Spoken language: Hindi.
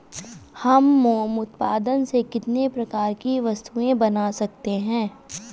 हम मोम उत्पाद से कितने प्रकार की वस्तुएं बना सकते हैं?